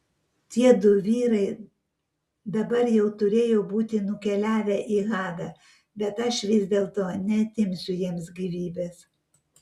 tiedu vyrai dabar jau turėjo būti nukeliavę į hadą bet aš vis dėlto neatimsiu jiems gyvybės